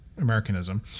Americanism